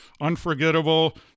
unforgettable